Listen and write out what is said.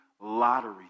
lottery